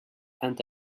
and